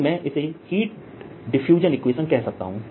तो मैं इसे हीट डिफ्यूजन इक्वेशन कह सकता हूँ